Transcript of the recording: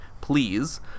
please